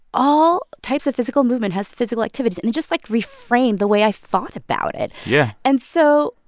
all types of physical movement has physical activity. and it just, like, reframed the way i thought about it yeah and so,